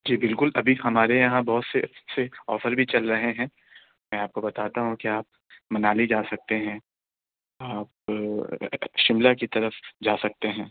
جی بالکل ابھی ہمارے یہاں بہت سے سے آفر بھی چل رہے ہیں میں آپ کو بتاتا ہوں کہ آپ منالی جا سکتے ہیں آپ شِملہ کی طرف جا سکتے ہیں